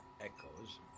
echoes